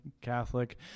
Catholic